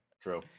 True